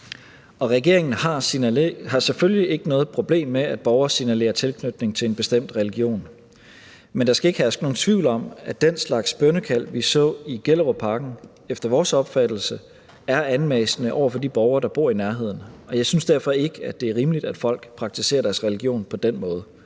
regeringen har selvfølgelig ikke noget problem med, at borgere signalerer tilknytning til en bestemt religion. Men der skal ikke herske nogen tvivl om, at den slags bønnekald, vi så i Gellerupparken, efter vores opfattelse er anmassende over for de borgere, der bor i nærheden. Og jeg synes derfor ikke, det er rimeligt, at folk praktiserer deres religion på den måde.